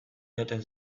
joaten